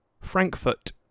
Frankfurt